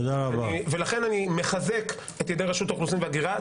ולכן אני מחזק את ידי רשות האוכלוסין וההגירה.